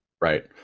right